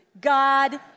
God